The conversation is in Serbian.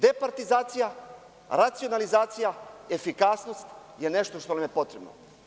Departizacija, racionalizacija, efikasnost je nešto što nam je potrebno.